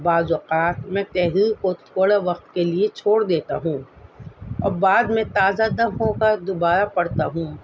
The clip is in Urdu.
بعض اوقات میں تحریر کو تھوڑے وقت کے لیے چھوڑ دیتا ہوں اور بعد میں تازہ دم ہو کر دوبارہ پڑھتا ہوں